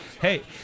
Hey